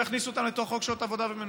לא יכניסו אותם לתוך חוק שעות עבודה ומנוחה,